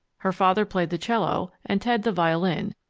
her father played the cello and ted the violin,